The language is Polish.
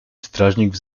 strażnik